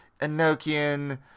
Enochian